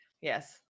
Yes